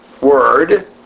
word